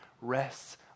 rests